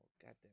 goddamn